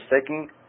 taking